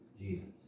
Jesus